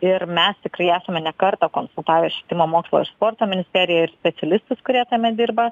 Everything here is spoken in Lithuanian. ir mes tikrai esame ne kartą konsultavę švietimo mokslo ir sporto ministeriją ir specialistus kurie tame dirba